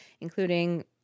including